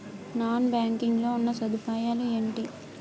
Non banking లో ఉన్నా సదుపాయాలు ఎంటి?